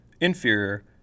inferior